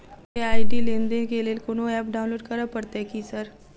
UPI ID लेनदेन केँ लेल कोनो ऐप डाउनलोड करऽ पड़तय की सर?